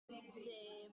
emite